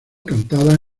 cantada